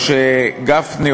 משה גפני,